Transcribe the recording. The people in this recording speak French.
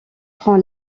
prend